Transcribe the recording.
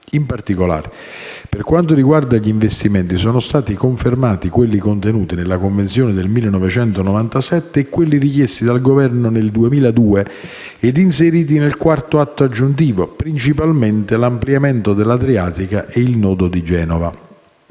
In particolare, per quanto riguarda gli investimenti, sono stati confermati quelli contenuti nella convenzione del 1997 e quelli richiesti dal Governo nel 2002 e inseriti nel IV atto aggiuntivo (principalmente l'ampliamento dell'Adriatica e il nodo di Genova).